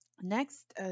Next